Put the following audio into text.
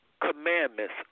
commandments